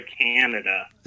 Canada